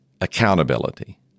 accountability